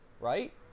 Right